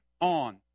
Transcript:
on